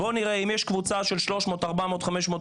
בואו נראה אם יש עכשיו קבוצה של בין 300-500 עולים,